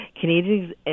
Canadians